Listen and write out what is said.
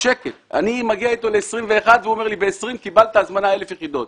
אני מגיע אתו ל-21 והוא אומר לי ב-20 קיבלת הזמנה על 1,000 יחידות.